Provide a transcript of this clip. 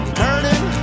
turning